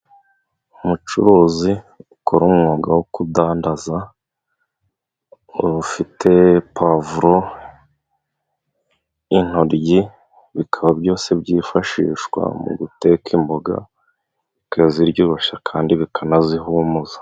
Umucuruzi ukora umwuga wo kudandaza ufite pavuro, n'ntoryi bikaba byose byifashishwa mu guteka imboga bikaziryoshya kandi bikanazihumuza.